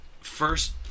first